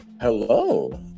Hello